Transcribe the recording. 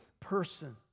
person